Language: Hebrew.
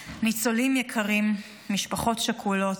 ניצולים יקרים, משפחות שכולות,